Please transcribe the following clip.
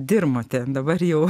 dirmotė dabar jau